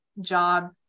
job